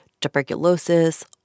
Tuberculosis